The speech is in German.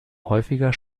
häufiger